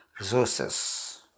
resources